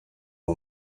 uwo